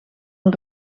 een